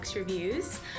Reviews